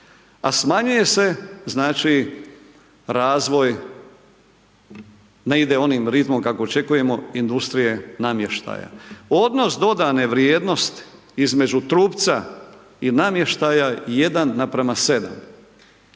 a smanjuje se znači razvoj, ne ide onim ritmom kako očekujemo industrije namještaja. Odnos dodane vrijednosti između trupca i namještaja je 1:7.